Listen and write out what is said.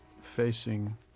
facing